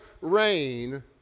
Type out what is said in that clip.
rain